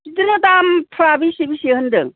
बिदिनो दामफोरा बेसे बेसे होनदों